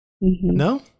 No